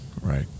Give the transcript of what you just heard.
Right